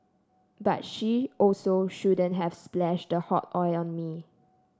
but she also shouldn't have splashed the hot oil on me